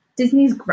Disney's